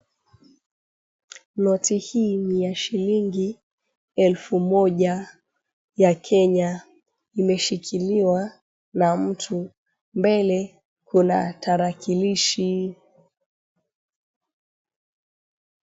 Noti hii ni ya shilingi elfu moja ya Kenya. Imeshikiliwa na mtu. Mbele kuna tarakilishi.